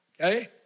Okay